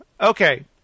Okay